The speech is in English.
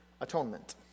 atonement